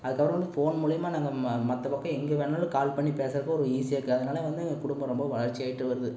அதுக்கப்புறம் வந்து ஃபோன் மூலயமா நம்ம மற்ற பக்கம் எங்கே வேணாலும் கால் பண்ணி பேசுகிறப்ப ஈஸியாருக்குது அதனால் வந்து எங்கள் குடும்பம் ரொம்ப வளர்ச்சியாகிட்டு வருது